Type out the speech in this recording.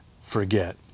forget